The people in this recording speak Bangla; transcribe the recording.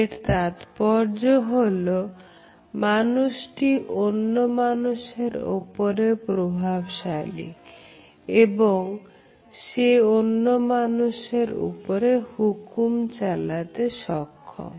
এর তাৎপর্য হলো যে মানুষটি অন্য মানুষের ওপরে প্রভাবশালী এবং সে অন্য মানুষের উপরে হুকুম চালাতে সক্ষম